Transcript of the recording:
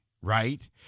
right